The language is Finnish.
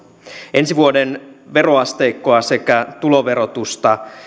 ensi vuoden veroasteikko sekä tuloverotus